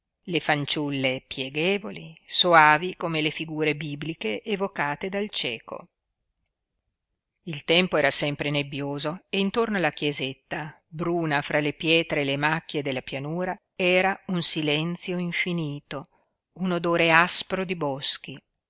le fanciulle pieghevoli soavi come le figure bibliche evocate dal cieco il tempo era sempre nebbioso e intorno alla chiesetta bruna fra le pietre e le macchie della pianura era un silenzio infinito un odore aspro di boschi